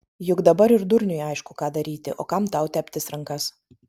juk dabar ir durniui aišku ką daryti o kam tau teptis rankas